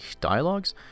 dialogues